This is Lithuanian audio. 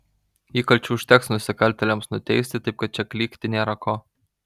įkalčių užteks nusikaltėliams nuteisti taip kad čia klykti nėra ko